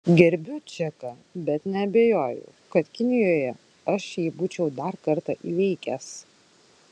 gerbiu čeką bet neabejoju kad kinijoje aš jį būčiau dar kartą įveikęs